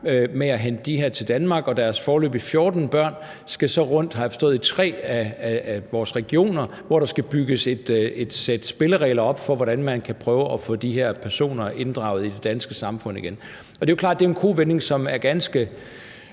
med at hente dem her til Danmark. Og deres foreløbige 14 børn skal så, har jeg forstået, fordeles rundt til tre af vores regioner, hvor der skal bygges et sæt spilleregler op for, hvordan man kan prøve at få de her personer inddraget i det danske samfund igen. Det er jo klart, at det er en kovending, som er ganske,